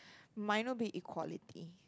minor be equality